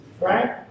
Right